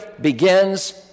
begins